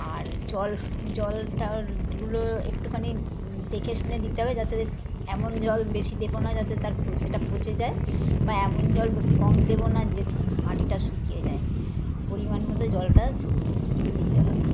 আর জল জল টলগুলো একটুখানি দেখে শুনে দিতে হবে যাতে এমন জল বেশি দেবো না যাতে তার সেটা পচে যায় বা এমন জলবে কম দেবো না যেটা মাটিটা শুকিয়ে যায় পরিমাণ মতো জলটা দিতে হবে